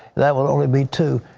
that would only be two.